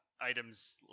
items